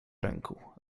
ręku